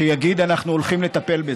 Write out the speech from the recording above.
שיגיד שאנחנו הולכים לטפל בזה.